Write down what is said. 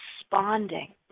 responding